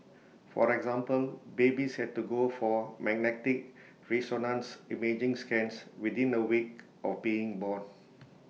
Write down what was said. for example babies had to go for magnetic resonance imaging scans within A week of being born